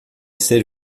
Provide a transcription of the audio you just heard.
ser